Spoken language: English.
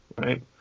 right